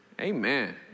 Amen